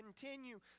continue